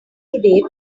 today